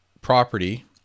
property